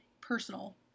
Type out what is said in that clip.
personal